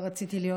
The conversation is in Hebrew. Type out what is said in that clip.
כי רציתי לדעת,